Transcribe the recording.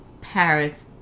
Paris